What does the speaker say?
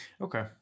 Okay